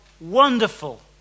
wonderful